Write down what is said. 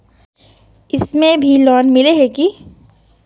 इसमें भी लोन मिला है की